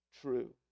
true